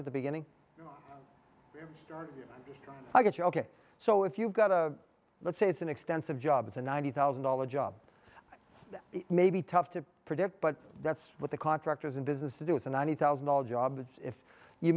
at the beginning i guess you ok so if you've got a let's say it's an extensive job it's a ninety thousand dollars job may be tough to predict but that's what the contractors in business to do with the ninety thousand dollars jobs if you